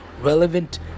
relevant